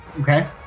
Okay